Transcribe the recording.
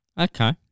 Okay